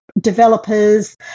developers